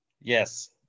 Yes